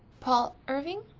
paul irving?